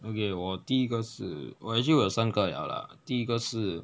okay 我第一个是 actually 我有三个了 lah 第一个是